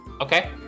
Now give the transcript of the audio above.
Okay